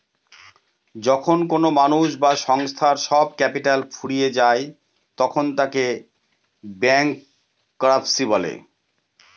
যখন কোনো মানুষ বা সংস্থার সব ক্যাপিটাল ফুরিয়ে যায় তখন তাকে ব্যাংকরাপসি বলে